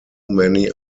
many